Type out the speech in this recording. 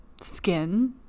skin